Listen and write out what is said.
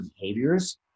behaviors